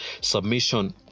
Submission